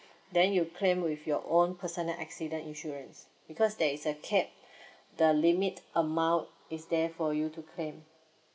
then you claim with your own personal accident insurance because there is a cap the limit amount is there for you to claim